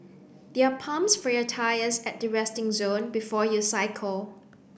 there are pumps for your tyres at the resting zone before you cycle